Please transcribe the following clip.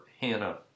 Hannah